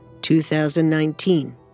2019